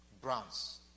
bronze